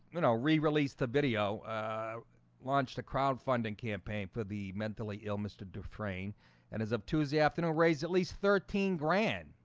you know re-released the video launched a crowdfunding campaign for the mentally ill mr. dufresne and as of tuesday afternoon raised at least thirteen grand,